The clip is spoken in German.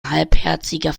halbherziger